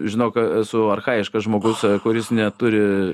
žinok esu archajiškas žmogus kuris neturi